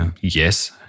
yes